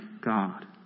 God